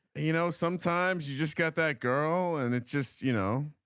you know sometimes you just get that girl and it's just you know.